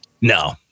No